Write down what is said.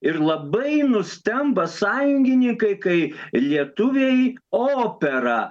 ir labai nustemba sąjungininkai kai lietuviai operą